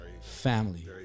family